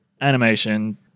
animation